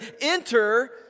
enter